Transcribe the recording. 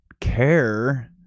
care